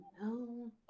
no